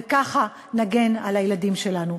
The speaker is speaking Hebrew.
וככה נגן על הילדים שלנו.